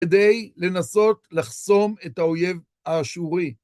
כדי לנסות לחסום את האויב האשורי.